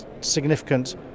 significant